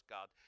God